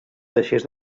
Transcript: deixés